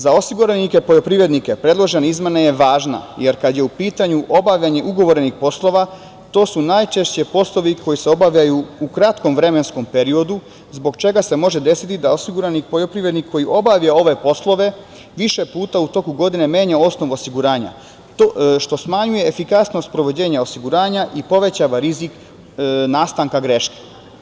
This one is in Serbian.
Za osiguranike poljoprivrednike predložena izmena je važna jer kada je u pitanju obavljanje ugovorenih poslova to su najčešće poslovi koji se obavljaju u kratkom vremenskom periodu zbog čega se može desiti da osigurani poljoprivrednik koji obavlja ove poslove više puta u toku godine menja osnov osiguranja, što smanjuje efikasnost sprovođenja osiguranja i povećava rizik nastanka greške.